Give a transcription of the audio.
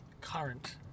Current